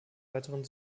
weiteren